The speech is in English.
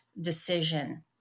decision